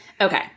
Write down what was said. Okay